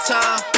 Time